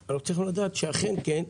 אנחנו רואים בסוף מה -- אבל לירן,